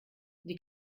die